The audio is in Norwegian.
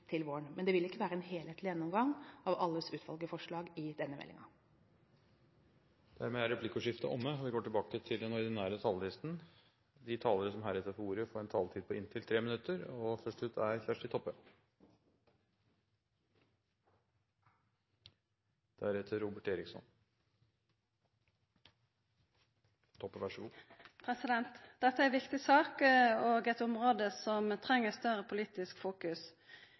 til våren, men det vil ikke være en helhetlig gjennomgang av alle utvalgets forslag i denne meldingen. Replikkordskiftet er omme. De talere som heretter får ordet, får en taletid på inntil 3 minutter. Dette er ei viktig sak og eit område der ein treng eit større politisk fokus.